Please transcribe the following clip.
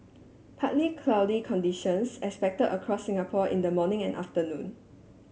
partly cloudy conditions expected across Singapore in the morning and afternoon